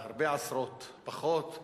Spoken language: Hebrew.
לא רק ראש העיר צריך דווקא לתת לו הנחיות,